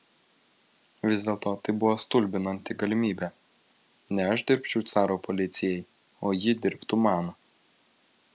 vis dėlto tai buvo stulbinanti galimybė ne aš dirbčiau caro policijai o ji dirbtų man